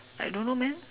I don't know man